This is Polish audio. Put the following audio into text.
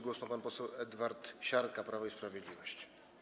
Głos ma pan poseł Edward Siarka, Prawo i Sprawiedliwość.